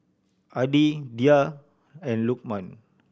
Adi Dhia and Lukman